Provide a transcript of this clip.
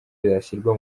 yashyirwa